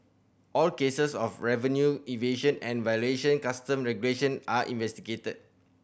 all cases of revenue evasion and violation Custom regulation are investigated